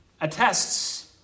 attests